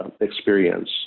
experience